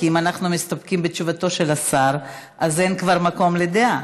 כי אם אנחנו מסתפקים בתשובתו של השר אז אין כבר מקום לדעה.